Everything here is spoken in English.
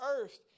earth